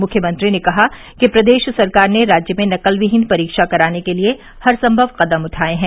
मुख्यमंत्री ने कहा कि प्रदेश सरकार ने राज्य में नकलविहीन परीक्षा कराने के लिए हरसंभव कदम उठाए हैं